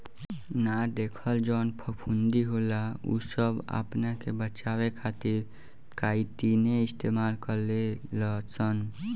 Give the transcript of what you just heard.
ना देखल जवन फफूंदी होला उ सब आपना के बचावे खातिर काइतीने इस्तेमाल करे लसन